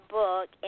book